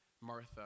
Martha